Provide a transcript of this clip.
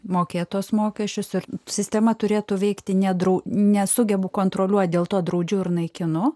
mokėtos mokesčius ir sistema turėtų veikti nedarau nesugebu kontroliuoti dėl to draudžiu ir naikinu